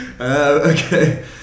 Okay